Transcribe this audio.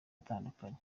atandukanye